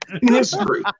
history